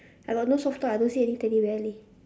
I got no soft toy I don't see any teddy bear leh